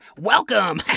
Welcome